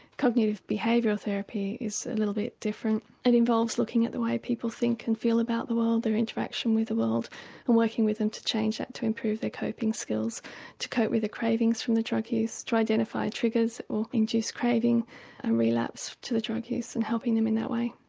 cognitive behavioural therapy is a little bit different it involves looking at the way people think and feel about the world, their interaction with the world and working with them to change that to improve their coping skills to cope with the cravings from the drug use to identify triggers or induce craving and relapse to the drug use and helping them in that way.